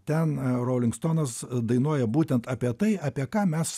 ten rolinkstonas dainuoja būtent apie tai apie ką mes